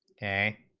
a